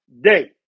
day